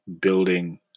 building